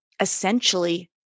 essentially